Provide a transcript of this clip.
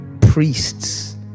priests